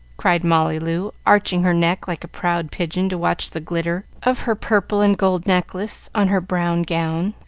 cried molly loo, arching her neck like a proud pigeon to watch the glitter of her purple and gold necklace on her brown gown.